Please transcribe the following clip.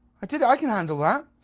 i did it, i can handle that.